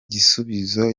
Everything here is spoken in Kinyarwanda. gisubizo